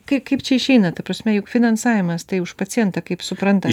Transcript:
kaip kaip čia išeina ta prasme jog finansavimas tai už pacientą kaip suprantame